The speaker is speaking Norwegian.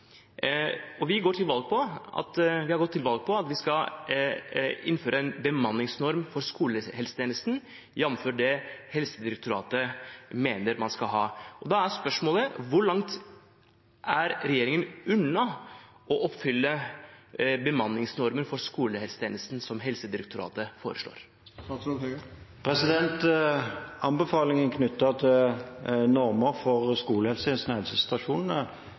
Vi har gått til valg på at vi skal innføre en bemanningsnorm for skolehelsetjenesten jf. det Helsedirektoratet mener man skal ha. Da er spørsmålet: Hvor langt unna er regjeringen å oppfylle bemanningsnormen for skolehelsetjenesten som Helsedirektoratet foreslår? Anbefalingene knyttet til normer for skolehelsetjenesten og helsestasjonene